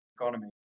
economy